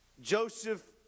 Joseph